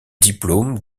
diplôme